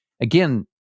again